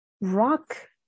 Rock